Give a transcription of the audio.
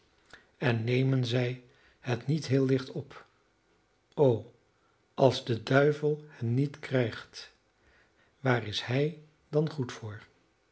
en nemen zij het niet heel licht op o als de duivel hen niet krijgt waar is hij dan goed voor